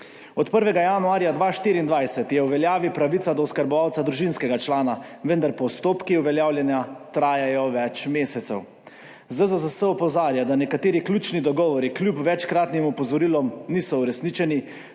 Od 1. januarja 2024 je v veljavi pravica do oskrbovalca družinskega člana, vendar postopki uveljavljanja trajajo več mesecev. ZZZS opozarja, da nekateri ključni dogovori kljub večkratnim opozorilom niso uresničeni